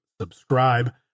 subscribe